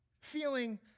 feeling